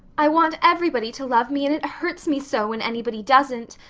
i want everybody to love me and it hurts me so when anybody doesn't.